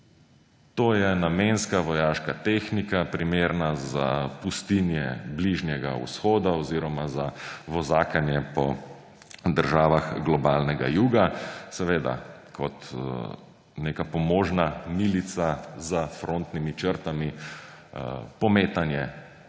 To je namenska vojaška tehnika, primerna za pustinje Bližnjega vzhoda oziroma za vozakanje po državah globalnega juga, seveda kot neka pomožna milica za frontnimi črtami, pometanje